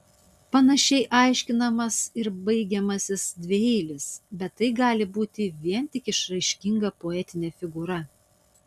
panašiai aiškinamas ir baigiamasis dvieilis bet tai gali būti vien tik išraiškinga poetinė figūra